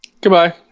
Goodbye